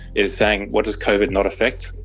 is saying what does covid not affect?